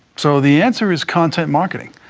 so the answer is content marketing.